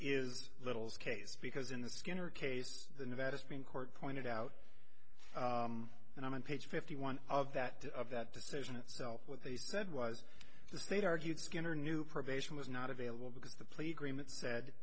is little's case because in the skinner case the nevada supreme court pointed out and i'm on page fifty one of that of that decision itself what they said was the state argued skinner knew probation was not available because the